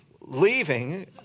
leaving